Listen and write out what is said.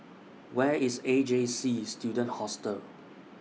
Where IS A J C Student Hostel